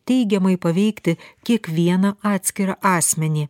teigiamai paveikti kiekvieną atskirą asmenį